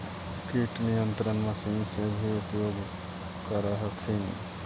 किट नियन्त्रण मशिन से भी उपयोग कर हखिन?